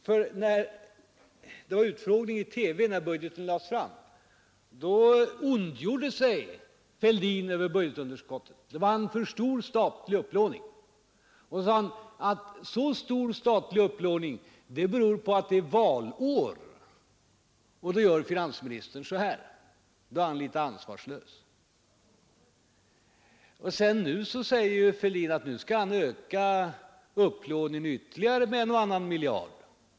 När det var utfrågning i TV i samband med att budgeten lades fram, ondgjorde sig herr Fälldin över budgetunderskottet. Enligt hans mening var det en för stor statlig upplåning, och han sade att den beror på att det är valår. Då gör finansministern så här, ty då är han litet ansvarslös, ansåg herr Fälldin. Men nu säger herr Fälldin att han vill öka upplåningen med ytterligare en och annan miljard.